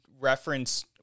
reference